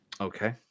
Okay